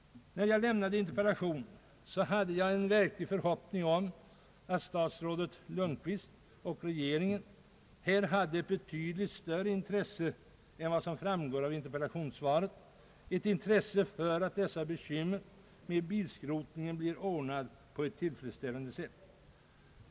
När jag framställde min interpellation hade jag en förhoppning att statsrådet Lundkvist och regeringen hade ett betydligt större intresse än vad som framgår av interpellationssvaret för att bilskrotningen skall ordnas på ett tillfredsställande sätt.